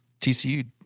TCU